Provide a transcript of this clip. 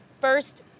First